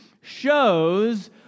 shows